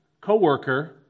co-worker